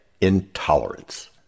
intolerance